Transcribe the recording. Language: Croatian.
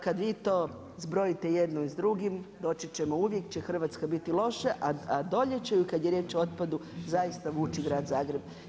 Kad vi to zbrojite jedno s drugim doći ćemo, uvijek će Hrvatska biti loše, a dolje će ju kad je riječ o otpadu zaista vući grad Zagreb.